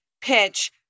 pitch